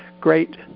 great